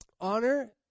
Honor